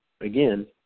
again